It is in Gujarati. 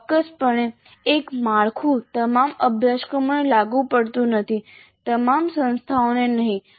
ચોક્કસપણે એક માળખું તમામ અભ્યાસક્રમોને લાગુ પડતું નથી તમામ સંસ્થાઓને નહીં